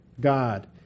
God